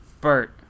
Bert